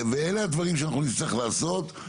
ואלה הדברים שאנחנו נצטרך לעשות.